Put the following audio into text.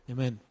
Amen